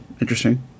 interesting